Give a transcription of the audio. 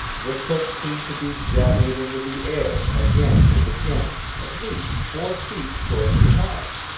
the cook seemed to be jabbing it into the air again and again, at least four feet short of the mark.